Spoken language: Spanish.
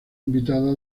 invitada